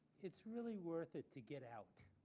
it's really worth it to get out.